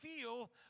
feel